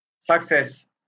Success